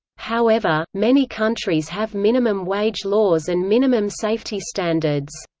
however, many countries have minimum wage laws and minimum safety standards.